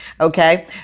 Okay